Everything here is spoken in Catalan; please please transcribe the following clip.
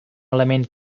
element